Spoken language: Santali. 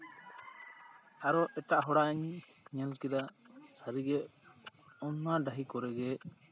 ᱟᱨᱚ ᱮᱴᱟᱜ ᱦᱚᱲᱟᱜ ᱤᱧ ᱧᱮᱞ ᱠᱮᱫᱟ ᱥᱟᱹᱨᱤᱜᱮ ᱚᱱᱟ ᱰᱟᱹᱦᱤ ᱠᱚᱨᱮᱜᱮ